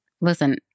Listen